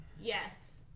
Yes